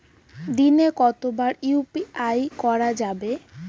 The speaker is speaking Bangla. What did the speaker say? দিনে কতবার ইউ.পি.আই করা যাবে?